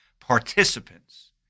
participants